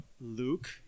Luke